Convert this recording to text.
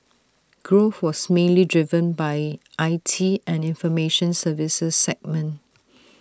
growth was mainly driven by I T and information services segment